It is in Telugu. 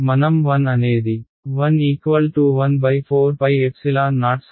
కాబట్టి మనం 1 అనేది 114o సమానం అని వ్రాస్తాము